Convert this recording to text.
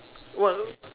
what